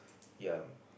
ya